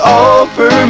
offer